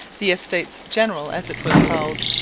the estates-general as it was called.